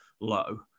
low